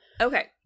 Okay